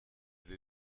sie